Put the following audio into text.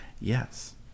yes